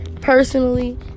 personally